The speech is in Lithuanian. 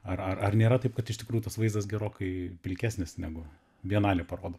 ar ar ar nėra taip kad iš tikrųjų tas vaizdas gerokai pilkesnis negu bienalė parodo